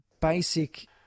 basic